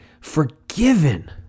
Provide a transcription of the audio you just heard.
forgiven